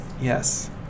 Yes